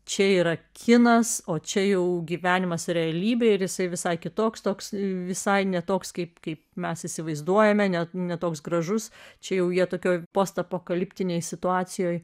čia yra kinas o čia jau gyvenimas realybėj ir jisai visai kitoks toks visai ne toks kaip kaip mes įsivaizduojame ne ne toks gražus čia jau jie tokioj post apokaliptinėj situacijoj